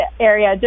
area